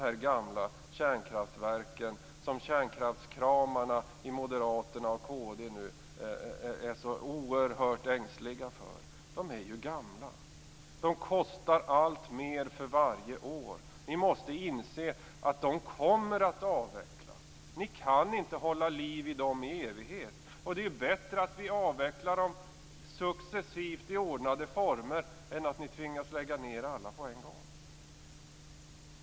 De gamla kärnkraftverken som kärnkraftskramarna i Moderaterna och kd nu är så oerhört ängsliga för är gamla. De kostar alltmer för varje år. Ni måste inse att de kommer att avvecklas. Ni kan inte hålla liv i dem i evighet. Det är bättre att vi avvecklar dem successivt i ordnade former än att ni tvingas lägga ned alla på en gång.